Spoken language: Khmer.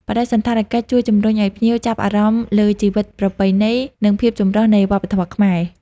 បដិសណ្ឋារកិច្ចជួយជំរុញឱ្យភ្ញៀវចាប់អារម្មណ៍លើជីវិតប្រពៃណី និងភាពចម្រុះននៃវប្បធម៌ខ្មែរ។